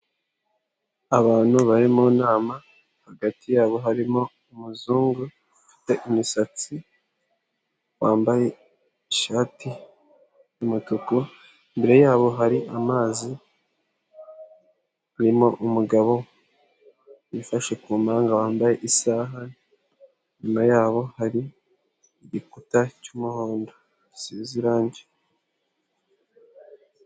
Abantu bari mu nama hagati yabo harimo umuzungu ufite imIsatsi wambaye ishati y'umutuku, imbere yabo hari amazi, harimo umugabo wifashe ku mpanga wambaye isaha nyuma yabo hari igikuta cy'umuhondo gisize irangi.